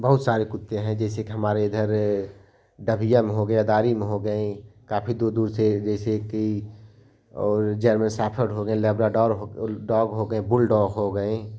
बहुत सारे कुत्ते हैं जैसे हमारे इधर डगियम हो गया दारिम हो गए काफ़ी दूर दूर से जैसे कि और जर्मन शेफर्ड हो गए लेब्राडोर डॉग हो गए बुलडॉग हो गए